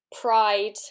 pride